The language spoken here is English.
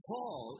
Paul